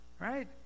Right